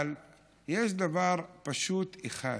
אבל יש דבר פשוט אחד: